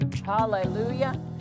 Hallelujah